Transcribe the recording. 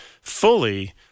fully